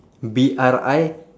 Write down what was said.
B R I